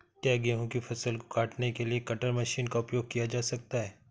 क्या गेहूँ की फसल को काटने के लिए कटर मशीन का उपयोग किया जा सकता है?